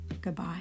Goodbye